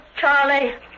Charlie